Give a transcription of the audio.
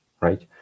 right